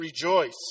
rejoice